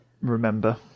remember